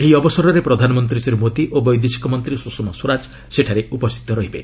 ଏହି ଅବସରରେ ପ୍ରଧାନମନ୍ତ୍ରୀ ଶ୍ରୀ ମୋଦି ଓ ବୈଦେଶିକ ମନ୍ତ୍ରୀ ସୁଷମା ସ୍ୱରାଜ ସେଠାରେ ଉପସ୍ଥିତ ରହିବେ